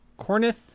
Cornith